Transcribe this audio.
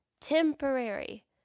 temporary